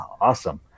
Awesome